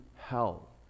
hell